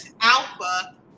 alpha